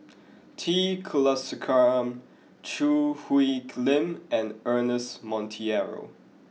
T Kulasekaram Choo Hwee Lim and Ernest Monteiro